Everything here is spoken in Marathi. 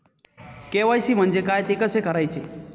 के.वाय.सी म्हणजे काय? ते कसे करायचे?